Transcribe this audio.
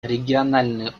региональные